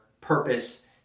purpose